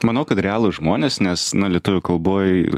manau kad realūs žmonės nes na lietuvių kalboj